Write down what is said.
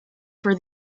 for